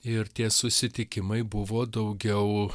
ir tie susitikimai buvo daugiau